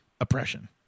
oppression